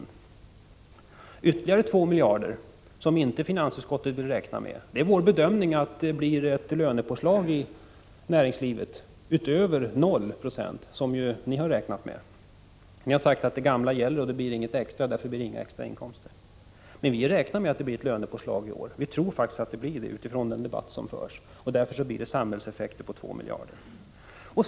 Beträffande ytterligare 2 miljarder, som finansutskottet inte vill räkna med, är det vår bedömning att det blir ett lönepåslag i näringslivet, utöver noll procent som regeringen har räknat med. Ni har sagt att de gamla avtalen kommer att gälla, och därför blir det inga extra inkomster. Men vi räknar med att det blir ett lönepåslag i år. Vi utgår då från den debatt som förs om lönerna och räknar alltså med samhällseffekter på 2 miljarder.